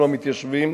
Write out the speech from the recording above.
אנחנו המתיישבים